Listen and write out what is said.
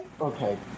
okay